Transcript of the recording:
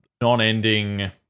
non-ending